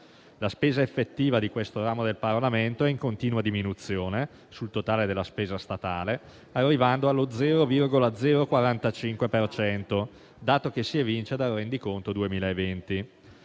La spesa effettiva di questo ramo del Parlamento è in continua diminuzione sul totale della spesa statale, arrivando allo 0,045 per cento (dato che si evince dal rendiconto 2020).